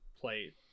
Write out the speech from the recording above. play